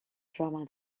drama